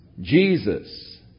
Jesus